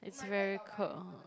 it's very cold